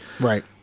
right